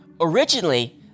Originally